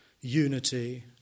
unity